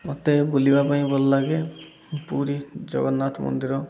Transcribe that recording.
ମୋତେ ବୁଲିବା ପାଇଁ ଭଲ ଲାଗେ ପୁରୀ ଜଗନ୍ନାଥ ମନ୍ଦିର